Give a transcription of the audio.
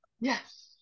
Yes